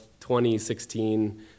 2016